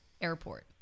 airport